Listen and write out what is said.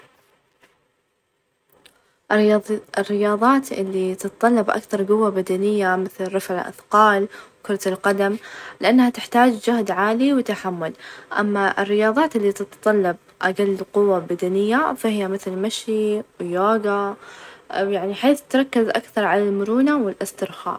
أفظل السفر بالسيارة أحب الحرية في التنقل واختيار الطريق اللي أبي أروح له ،كمان أقدر أوقف في أي مكان واستمتع بالمنظر وتكون الرحلة أكثر حماس وراحة مع الأهل أو الأصدقاء.